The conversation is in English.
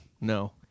no